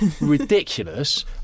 ridiculous